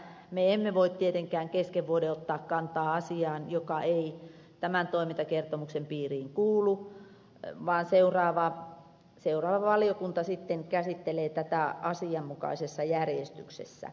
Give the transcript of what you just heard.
me emme voi tietenkään kesken vuotta ottaa kantaa asiaan joka ei tämän toimintakertomuksen piiriin kuulu vaan seuraava valiokunta sitten käsittelee tätä asianmukaisessa järjestyksessä